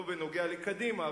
לא בנוגע לקדימה,